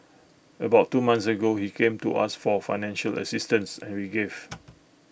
about two months ago he came to us for financial assistance and we gave